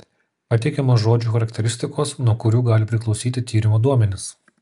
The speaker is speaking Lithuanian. pateikiamos žodžių charakteristikos nuo kurių gali priklausyti tyrimo duomenys